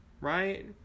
right